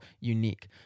unique